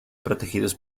protegidos